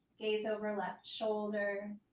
gaze over left shoulder.